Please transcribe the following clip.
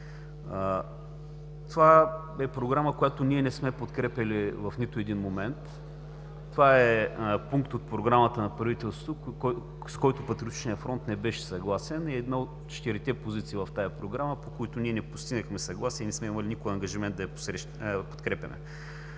Това е програма, която не сме подкрепяли в нито един момент. Това е пункт от програмата на правителството, с който Патриотичният фронт не беше съгласен, и една от четирите позиции в тази програма, по които ние не постигнахме съгласие и не сме имали никога ангажимент да я подкрепяме.